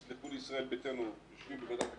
יסלחו לי ישראל ביתנו, יושבים בוועדת הכספים,